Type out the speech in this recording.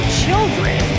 children